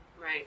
Right